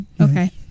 okay